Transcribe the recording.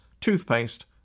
toothpaste